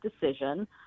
decision